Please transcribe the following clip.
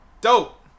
Dope